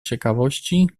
ciekawości